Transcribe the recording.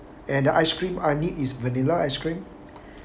and the ice cream I need is vanilla ice cream